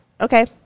Okay